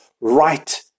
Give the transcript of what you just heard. right